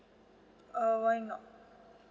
err why not